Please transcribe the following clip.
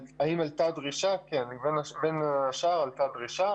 בין השאר עלתה